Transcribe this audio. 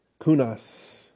Kunas